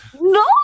No